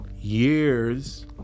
years